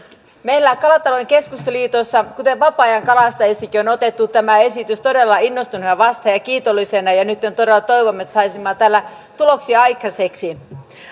meillä kalatalouden keskusliitossa kuten vapaa ajankalastajissakin on on otettu tämä esitys todella innostuneena ja kiitollisena vastaan nyt todella toivomme että saisimme tällä tuloksia aikaiseksi